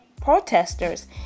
protesters